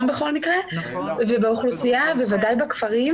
ובדרום בכל מקרה, ובאוכלוסייה בוודאי בכפרים